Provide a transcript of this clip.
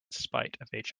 spite